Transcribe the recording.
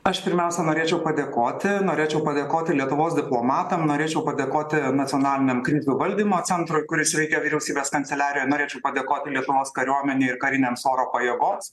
aš pirmiausia norėčiau padėkoti norėčiau padėkoti lietuvos diplomatam norėčiau padėkoti nacionaliniam krizių valdymo centrui kuris veikia vyriausybės kanceliarijoj norėčiau padėkoti lietuvos kariuomenei ir karinėms oro pajėgoms